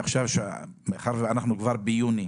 עכשיו אנחנו כבר ביוני,